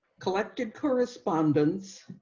collected correspondence